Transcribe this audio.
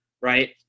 right